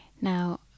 Now